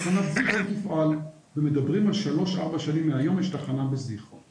אנחנו מדברים פה על שלוש עד ארבע שנים מהיום ויש לנו תחנת רכבת בזיכרון